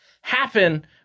Happen